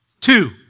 Two